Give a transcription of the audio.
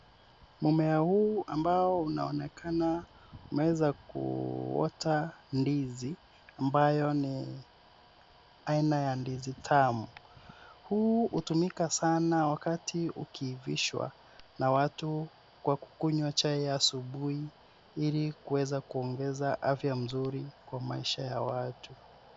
Mmea huu ambao unaonekana umeweza kuota ndizi ambayo ni aina ya ndizi tamu. Huu hutumika sana wakati ukiivishwa na watu kwa kukunywa chai ya asubuhi ili kuweza kuongeza afya mzuri kwa maisha ya watu.